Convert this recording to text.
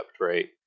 right